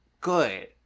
good